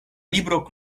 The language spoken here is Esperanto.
libro